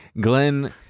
Glenn